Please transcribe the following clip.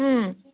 ꯎꯝ